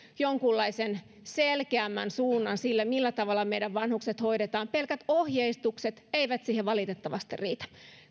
jonkunlaisen selkeämmän suunnan sille millä tavalla meidän vanhuksemme hoidetaan pelkät ohjeistukset eivät siihen valitettavasti riitä